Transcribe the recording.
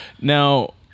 Now